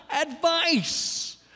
advice